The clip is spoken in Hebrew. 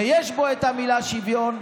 ויש בו את המילה "שוויון",